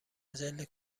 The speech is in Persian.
عجله